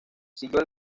siguió